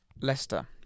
Leicester